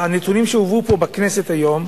האחרונה שהובאו פה לכנסת היום,